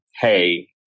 Hey